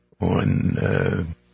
on